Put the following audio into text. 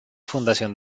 fundación